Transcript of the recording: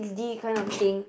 it's D kind of thing